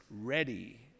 ready